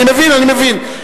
אני מבין, אני מבין.